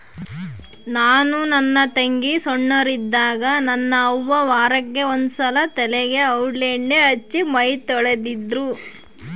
ನಾನು ನನ್ನ ತಂಗಿ ಸೊಣ್ಣೋರಿದ್ದಾಗ ನನ್ನ ಅವ್ವ ವಾರಕ್ಕೆ ಒಂದ್ಸಲ ತಲೆಗೆ ಔಡ್ಲಣ್ಣೆ ಹಚ್ಚಿ ಮೈತೊಳಿತಿದ್ರು